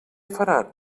faran